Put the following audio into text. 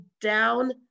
down